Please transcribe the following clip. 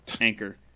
anchor